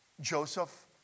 Joseph